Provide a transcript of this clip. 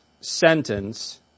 sentence